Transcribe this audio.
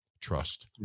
trust